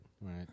right